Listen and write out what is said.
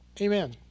Amen